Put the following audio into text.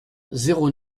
zéro